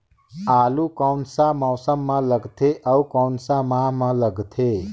आलू कोन सा मौसम मां लगथे अउ कोन सा माह मां लगथे?